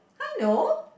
I know